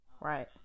Right